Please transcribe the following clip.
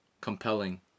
compelling